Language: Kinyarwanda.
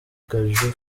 gaju